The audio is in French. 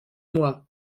moi